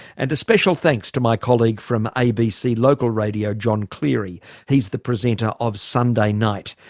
and a special thanks to my colleague from abc local radio john cleary he's the presenter of sunday night.